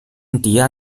迪安